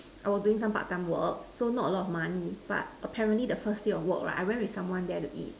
I was doing some part time work so not a lot of money but apparently the first day of work right I went with someone there to eat